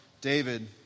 David